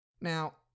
Now